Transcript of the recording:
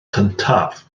cyntaf